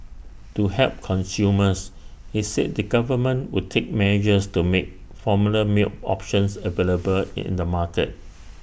to help consumers he said the government would take measures to make formula milk options available in the market